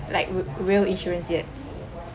like re~ real insurance yet